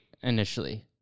initially